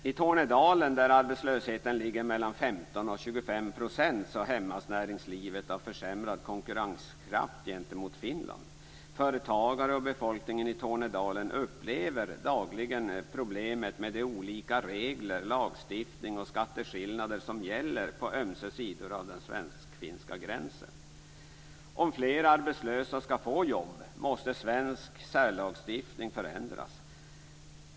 I Tornedalen, där arbetslösheten ligger mellan 15 och 25 % hämmas näringslivet av försämrad konkurrenskraft gentemot Finland. Företagare och befolkningen i Tornedalen upplever dagligen problemet med de olika regler, lagstiftning och skatteskillnader som gäller på ömse sidor av den svensk-finska gränsen. Om fler arbetslösa skall få jobb måste svensk särlagstiftning förändras.